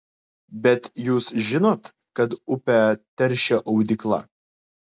bet jūs žinot kad upę teršia audykla